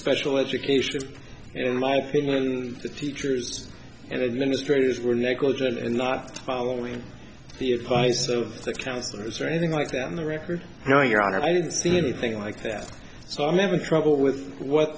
special education in my opinion the teachers and administrators were negligent and not following the advice of the counselors or anything like that on the record no your honor i didn't see anything like that so i'm having trouble with what